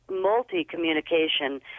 multi-communication